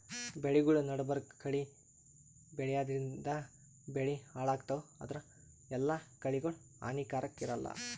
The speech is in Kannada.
ಬೆಳಿಗೊಳ್ ನಡಬರ್ಕ್ ಕಳಿ ಬೆಳ್ಯಾದ್ರಿನ್ದ ಬೆಳಿ ಹಾಳಾಗ್ತಾವ್ ಆದ್ರ ಎಲ್ಲಾ ಕಳಿಗೋಳ್ ಹಾನಿಕಾರಾಕ್ ಇರಲ್ಲಾ